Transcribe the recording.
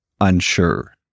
unsure